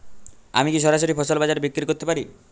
আমি কি সরাসরি ফসল বাজারে বিক্রি করতে পারি?